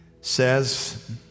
says